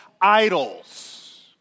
idols